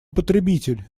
потребитель